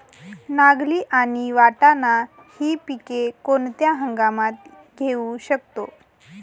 नागली आणि वाटाणा हि पिके कोणत्या हंगामात घेऊ शकतो?